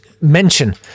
mention